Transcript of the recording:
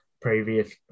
previous